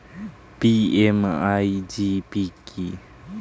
PMEGP কি?